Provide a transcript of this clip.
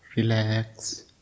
Relax